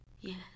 Yes